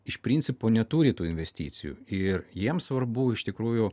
iš principo neturi tų investicijų ir jiems svarbu iš tikrųjų